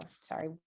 sorry